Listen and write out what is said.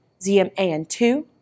ZMAN2